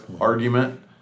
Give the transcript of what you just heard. argument